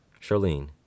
Charlene